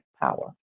power